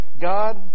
God